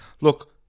look